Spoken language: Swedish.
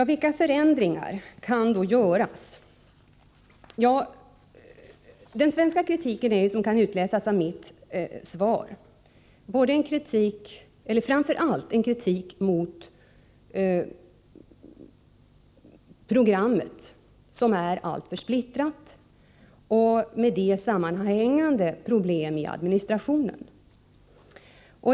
Vilka förändringar kan då göras? Den svenska kritiken är, som kan utläsas av mitt svar, framför allt en kritik mot programmet, som är alltför splittrat, och med detta sammanhängande problem i administrationen.